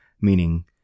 meaning